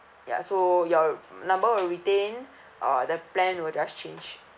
ya so your number will retain uh the plan will just change